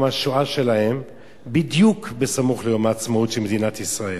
השואה שלהם בדיוק בסמוך ליום העצמאות של מדינת ישראל.